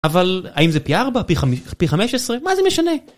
אבל האם זה פי 4, פי 15? מה זה משנה?